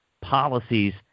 policies